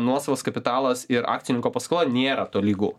nuosavas kapitalas ir akcininko paskola nėra tolygu